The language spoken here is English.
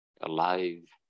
alive